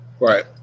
right